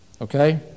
okay